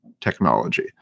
technology